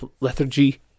lethargy